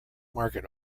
market